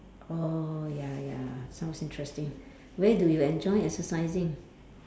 oh ya ya sounds interesting where do you enjoy exercising